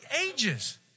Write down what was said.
ages